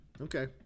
Okay